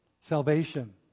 salvation